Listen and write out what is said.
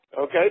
okay